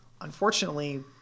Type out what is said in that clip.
unfortunately